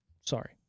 Sorry